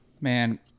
Man